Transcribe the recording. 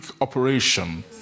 operation